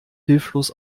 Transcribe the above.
hilflos